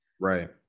right